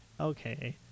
okay